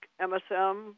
MSM